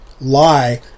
lie